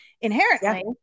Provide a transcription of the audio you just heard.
inherently